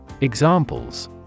Examples